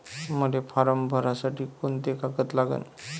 मले फारम भरासाठी कोंते कागद लागन?